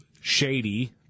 shady